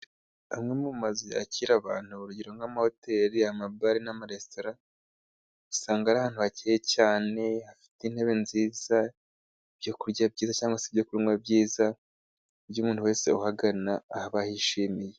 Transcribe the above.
Amwe mu mazu yakira abantu ,urugero :nk'amahoteli amagare, n'amaresitora usanga ari ahantu hakeye cyane hafite intebe nziza, ibyo kurya byiza cyangwa se ibyo kunywa byiza, iyo umuntu wese uhagana abahishimiye.